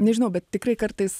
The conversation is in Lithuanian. nežinau bet tikrai kartais